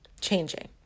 changing